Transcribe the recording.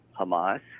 Hamas